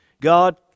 God